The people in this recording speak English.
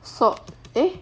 sold eh